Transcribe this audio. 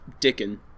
Dickin